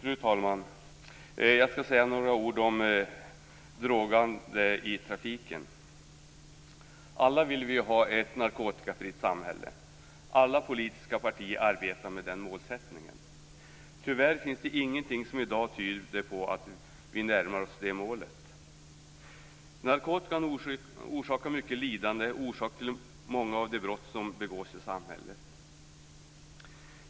Fru talman! Jag skall säga några ord om droger i trafiken. Alla vill vi ju ha ett narkotikafritt samhälle. Alla politiska partier arbetar med det målet. Tyvärr finns det inget som i dag tyder på att vi närmar oss det målet. Narkotikan orsakar mycket lidande och är orsak till många av de brott som begås i samhället.